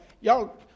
y'all